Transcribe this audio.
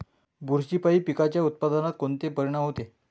बुरशीपायी पिकाच्या उत्पादनात कोनचे परीनाम होते?